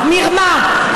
מרמה,